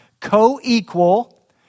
Co-equal